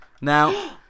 now